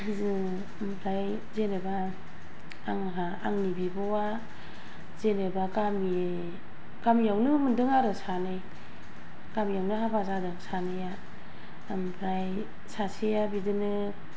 जों ओमफ्राय जेनेबा आंहा आंनि बिब'आ गामियावनो मोनदों आरो सानै गामिआवनो हाबा जादों सानैआ ओमफ्राय सासेया बेबो बिदिनो